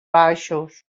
baixos